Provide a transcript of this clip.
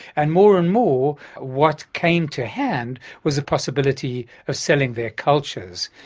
and more and more what came to hand was the possibility of selling their cultures.